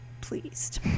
pleased